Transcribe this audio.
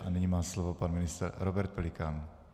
A nyní má slovo pan ministr Robert Pelikán.